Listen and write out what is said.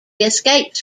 escapes